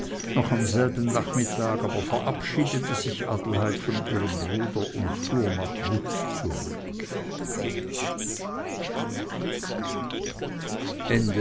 noch am selben nachmittag aber verabschiedete sich adelheid von ihrem bruder und fuhr nach wutz zurück